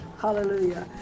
hallelujah